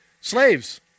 Slaves